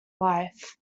life